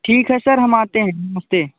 ठीक है सर हम आते हैं नमस्ते